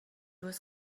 was